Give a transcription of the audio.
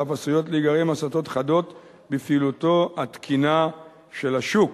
ואף עשויות להיגרם הסטות חדות בפעילותו התקינה של השוק.